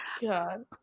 God